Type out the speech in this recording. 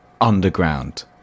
underground